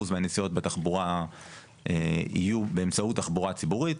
מהנסיעות בתחבורה יהיו באמצעות תחבורה ציבורית.